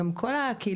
כשהתחילה